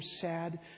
sad